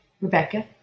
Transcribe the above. Rebecca